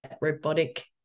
robotic